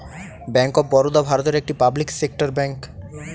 bank of Baroda ভারতের একটি public sector bank